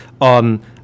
on